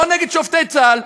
לא נגד שופטי צה"ל,